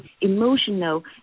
emotional